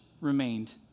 remained